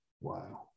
Wow